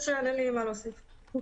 אין לי מה להוסיף.